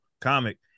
comic